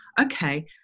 Okay